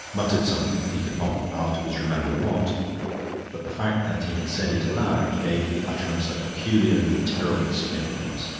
muttered something, he could not afterwards remember what but the fact that he had said it aloud gave the utterance a peculiarly terrible significance.